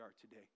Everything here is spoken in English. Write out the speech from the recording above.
today